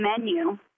menu